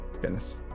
Goodness